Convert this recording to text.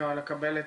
לקבל עצות,